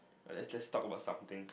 let's just talk about something